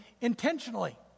intentionally